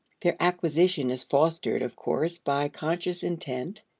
their acquisition is fostered of course by conscious intent,